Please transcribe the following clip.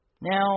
Now